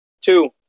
Two